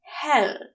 hell